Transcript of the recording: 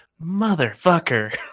motherfucker